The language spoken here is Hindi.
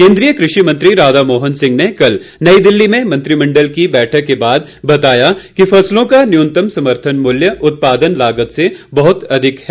केंद्रीय कृषि मंत्री राधा मोहन सिंह ने कल नई दिल्ली में मंत्रिमंडल की बैठक के बाद बताया कि फसलों का न्यूनतम समर्थन मूल्य उत्पादन लागत से बहुत अधिक है